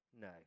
No